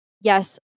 yes